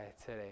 today